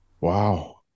Wow